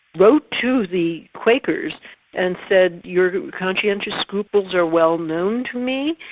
wrote to the quakers and said, your conscientious scruples are well known to me,